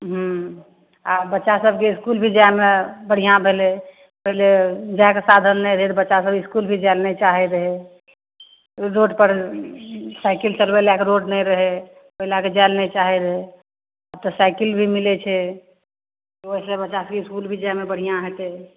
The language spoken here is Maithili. हुँ आब बच्चा सभकेँ इसकुल भी जाएमे बढ़िआँ भेलै पहिले जाएके साधन नहि रहै तऽ बच्चासभ इसकुल भी जाए ले नहि चाहै रहै रोडपर साइकिल चलबै लाइक रोड नहि रहै ओहि लैके जाए ले नहि चाहै रहै आब तऽ साइकिल भी मिलै छै ओहिसे बच्चा सभकेँ इसकुल भी जाएमे बढ़िआँ हेतै